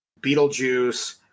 Beetlejuice